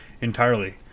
entirely